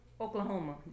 Oklahoma